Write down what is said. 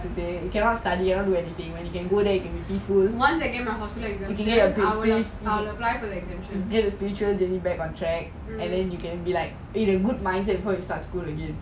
once I get my hospital placement I will I will apply for the exemption